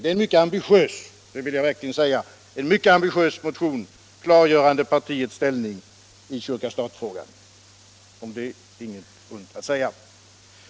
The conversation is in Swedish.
Det är en mycket ambitiös motion, det vill jag verkligen säga, som klargör partiets ställning i kyrka-stat-frågan; om det är inget ont att säga.